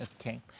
Okay